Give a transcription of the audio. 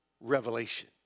revelation